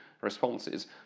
responses